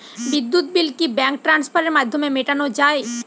বিদ্যুৎ বিল কি ব্যাঙ্ক ট্রান্সফারের মাধ্যমে মেটানো য়ায়?